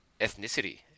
ethnicity